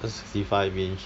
the sixty five inch